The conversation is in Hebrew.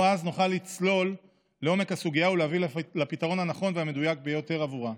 או-אז נוכל לצלול לעומק הסוגיה ולהביא לפתרון הנכון והמדויק ביותר שלה.